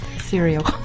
cereal